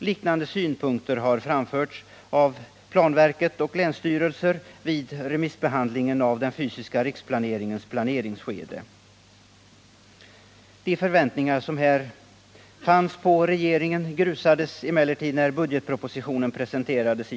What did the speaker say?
Liknande synpunkter har framförts av planverket och länsstyrelser vid remissbehandlingen av den fysiska riksplaneringens planeringsskede. De förväntningar som här fanns på regeringen grusades emellertid när budgetpropositionen presenterades.